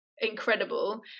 incredible